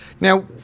Now